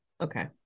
okay